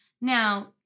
Now